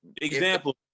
Example